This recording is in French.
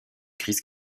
crise